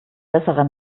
besserer